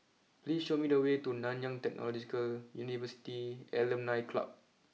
please show me the way to Nanyang Technological University Alumni Club